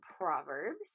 Proverbs